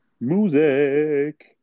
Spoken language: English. music